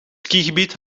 skigebied